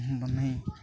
ବନାଇ